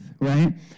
right